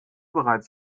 bereits